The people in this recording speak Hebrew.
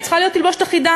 היא צריכה להיות תלבושת אחידה.